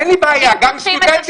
אין לי בעיה, גם סטודנטים קיבלו.